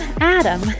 Adam